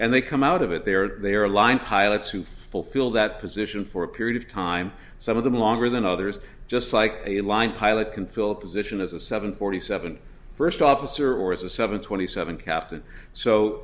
and they come out of it there they are lined pilots who fulfill that position for a period of time some of them longer than others just like a line pilot can fill a position as a seven forty seven first officer or as a seven twenty seven captain so